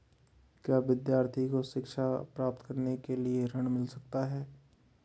क्या विद्यार्थी को शिक्षा प्राप्त करने के लिए ऋण मिल सकता है?